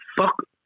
fuck